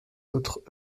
autres